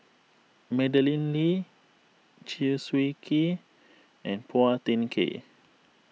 Madeleine Lee Chew Swee Kee and Phua Thin Kiay